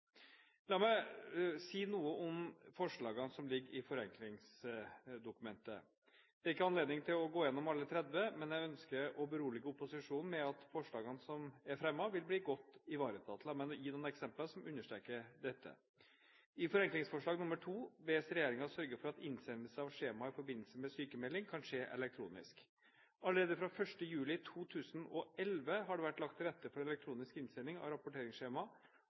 La meg si noe om forenklingsforslagene. Det er ikke anledning til å gå igjennom alle 30, men jeg ønsker å berolige opposisjonen med at forslagene som er fremmet, vil bli godt ivaretatt. La meg gi noen eksempler som understreker dette. I forenklingsforslag 2 bes regjeringen sørge for at innsendelse av skjemaer i forbindelse med sykmelding kan skje elektronisk. Allerede fra 1. juli 2011 har det vært lagt til rette for elektronisk innsending av